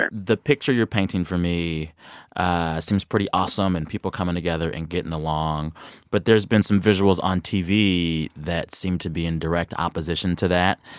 ah the picture you're painting for me seems pretty awesome, and people coming together and getting along but there's been some visuals on tv that seem to be in direct opposition to that.